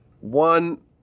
one